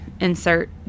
insert